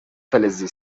فلزی